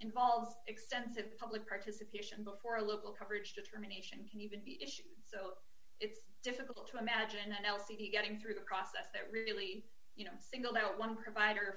involves extensive public participation before local coverage determination can even be issued so it's difficult to imagine an l c d getting through a process that really you know singled out one provider